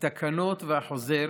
התקנות והחוזר